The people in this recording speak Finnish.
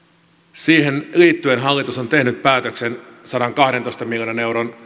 siihen liittyen hallitus on tehnyt päätöksen sadankahdentoista miljoonan euron